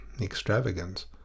extravagance